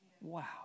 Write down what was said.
Wow